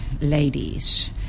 ladies